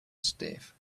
stiff